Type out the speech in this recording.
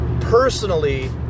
personally